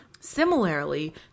similarly